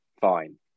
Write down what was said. fine